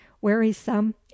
wearisome